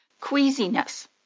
queasiness